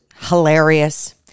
hilarious